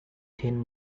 thin